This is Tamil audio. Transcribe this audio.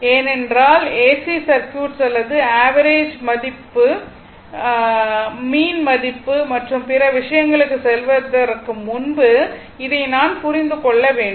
ஏனென்றால் ஏசி சர்க்யூட்ஸ் அல்லது ஆவரேஜ் மதிப்பு மீன் மதிப்பு மற்றும் பிற விஷயங்களுக்கு செல்வதற்கு முன்பு இதை நான் புரிந்து கொள்ள வேண்டும்